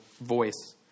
voice